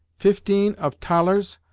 fifteen of thalers,